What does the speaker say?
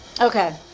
okay